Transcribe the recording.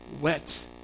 Wet